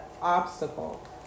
obstacle